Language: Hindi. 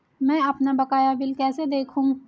मैं अपना बकाया बिल कैसे देखूं?